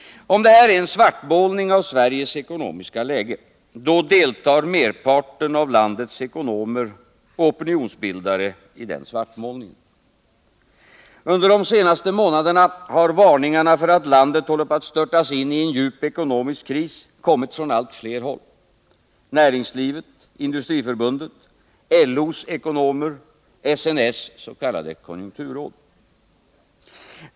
Om detta är en svartmålning av Sveriges ekonomiska läge, då deltar merparten av landets ekonomer och opinionsbildare i den svartmålningen. Under de senaste månaderna har varningarna för att landet håller på att störtas in i en djup ekonomisk kris kommit från allt fler håll — näringslivet, Industriförbundet, LO:s ekonomer, SNS s.k. konjunkturråd.